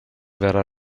verrà